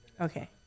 Okay